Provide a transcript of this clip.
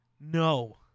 No